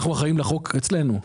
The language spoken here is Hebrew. אנחנו אחראים לחוק אצלנו.